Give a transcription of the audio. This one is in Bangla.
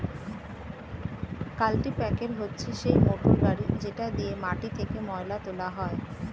কাল্টিপ্যাকের হচ্ছে সেই মোটর গাড়ি যেটা দিয়ে মাটি থেকে ময়লা তোলা হয়